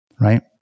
right